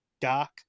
dark